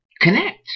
connect